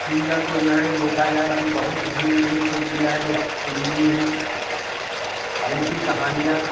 चिड़िया तो जो है देखा जाए कि बहुत ही एक से एक चिड़िया है जो सुरीली हैं जिनकी कहानियाँ